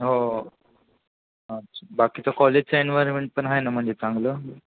हो अच्छा बाकी तर कॉलेजचं एन्वारमेंट पण आहे ना म्हणजे चांगलं